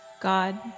God